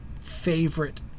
favorite